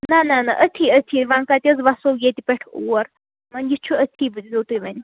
نہ نہ نہ أتھی أتھی وَنۍ کَتہِ حظ وَسو ییٚتہِ پٮ۪ٹھ اور وَنۍ یہِ چھُ أتھی وُچھۍ زیٚو تُہۍ ونۍ